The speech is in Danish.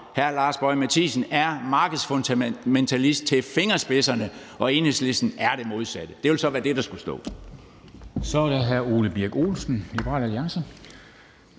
hr. Lars Boje Mathiesen er markedsfundamentalist til fingerspidserne, og Enhedslisten er det modsatte. Det ville så være det, der skulle stå. Kl. 11:01 Formanden (Henrik Dam